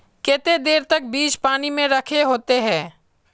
केते देर तक बीज पानी में रखे होते हैं?